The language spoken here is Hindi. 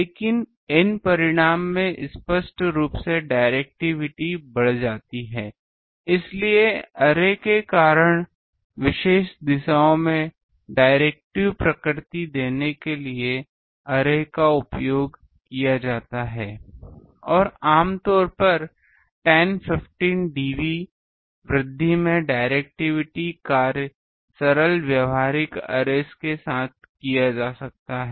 लेकिन N परिणाम में स्पष्ट रूप से डाइरेक्टिविटी बढ़ जाती हैइसलिए अरे के कारण विशेष दिशाओं में डाइरेक्टिव प्रकृति देने के लिए अर्रेस का उपयोग किया जाता है और आम तौर पर 10 15 dB वृद्धि में डाइरेक्टिविटी कार्य सरल व्यावहारिक अर्रेस के साथ किया जा सकता है